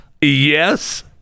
Yes